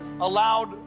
allowed